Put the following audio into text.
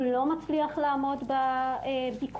הוא לא מצליח לעמוד בביקוש.